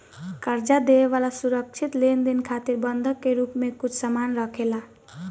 कर्जा देवे वाला सुरक्षित लेनदेन खातिर बंधक के रूप में कुछ सामान राखेला